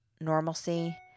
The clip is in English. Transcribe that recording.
normalcy